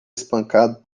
espancado